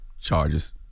charges